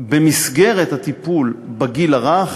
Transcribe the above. במסגרת הטיפול בגיל הרך,